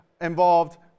involved